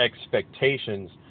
expectations